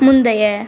முந்தைய